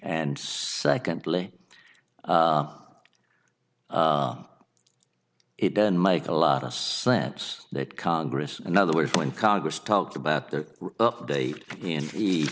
and secondly it doesn't make a lot of sense that congress in other words when congress talked about the day in the